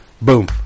boom